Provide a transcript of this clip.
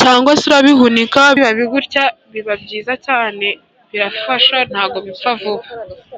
cyangwa se ukabihunika n'ibibabi gutya biba byiza cyane birafasha, ntabwo bipfa vuba.